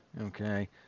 okay